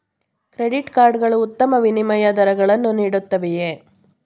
Credit card ಗಳು ಉತ್ತಮ ವಿನಿಮಯ ದರಗಳನ್ನು ನೀಡುತ್ತವೆಯೇ?